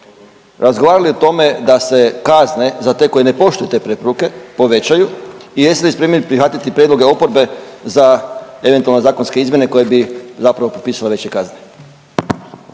razgovarali o tome da se kazne za te koji ne poštuju te preporuke povećaju i jeste li spremni prihvatiti prijedloge oporbe za eventualne zakonske izmjene koje bi zapravo propisale veće kazne?